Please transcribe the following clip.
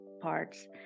parts